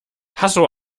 hasso